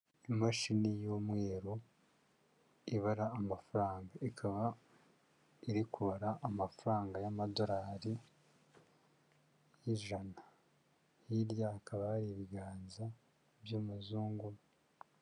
Imashini y'umweru ibara amafaranga, ikaba iri kubara amafaranga y'amadorari y'ijana, hirya hakaba hari ibiganza by'umuzungu.